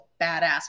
badass